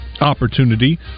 opportunity